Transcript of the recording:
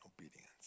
obedience